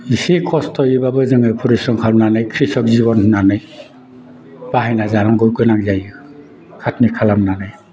इसे खस्थ'यैबाबो जोङो फरिस्रम खालामनानै ख्रिसक जिबन होननानै बाहायना जानांगौ गोनां जायो खाथनि खालामनानै